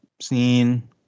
scene